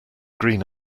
green